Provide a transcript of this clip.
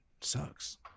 Sucks